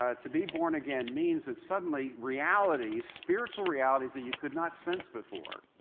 ah to be born again means that, suddenly realities, spiritual realities that you could not sense before,